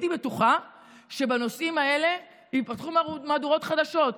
הייתי בטוחה שבנושאים האלה ייפתחו מהדורות חדשות.